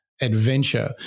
adventure